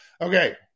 Okay